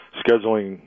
scheduling